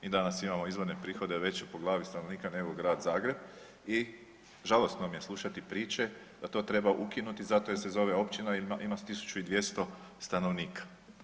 Mi danas imamo izvorne prihode veće po glavi stanovnika nego Grad Zagreb i žalosno mi je slušati priče da to treba ukinuti zato jer se zove općina i ima 1.200 stanovnika.